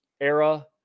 era